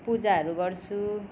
पूजाहरू गर्छु